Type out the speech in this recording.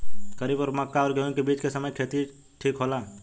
खरीफ और मक्का और गेंहू के बीच के समय खेती ठीक होला?